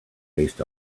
based